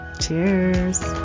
Cheers